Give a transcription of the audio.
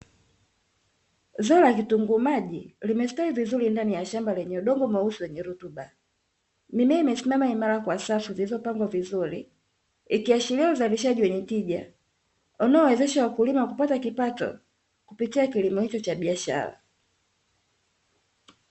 Zao la kitunguu maji, limestawi vizuri ndani ya shamba lenye udongo mweusi wenye rutuba. Mimea imesimama imara kwa safu zilizopangwa vizuri, ikiashiria uzalishaji wenye tija unaowawezesha wakulima kupata kipato kupitia kilimo hicho cha biashara.